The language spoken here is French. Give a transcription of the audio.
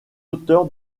auteur